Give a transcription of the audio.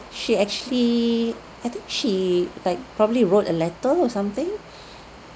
she actually I think she like probably wrote a letter or something